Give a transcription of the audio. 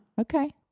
Okay